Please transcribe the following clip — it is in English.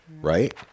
right